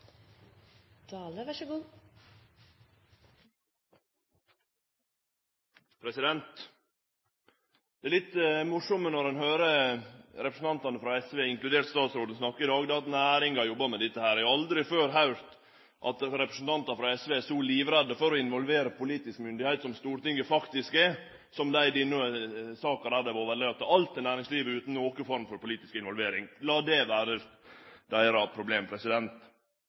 at næringa jobbar med dette. Eg har aldri før høyrt at representantar frå SV har vore så livredde for å involvere politisk myndigheit, som Stortinget faktisk er, som i denne saka, der dei overlèt alt til næringslivet utan noka form for politisk involvering. Lat det vere deira problem.